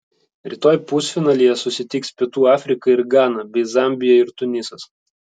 rytoj pusfinalyje susitiks pietų afrika ir gana bei zambija ir tunisas